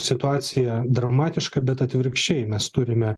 situacija dramatiška bet atvirkščiai mes turime